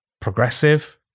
progressive